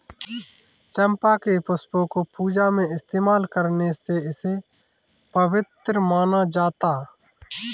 चंपा के पुष्पों को पूजा में इस्तेमाल करने से इसे पवित्र माना जाता